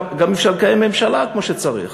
גם אי-אפשר לקיים ממשלה כמו שצריך.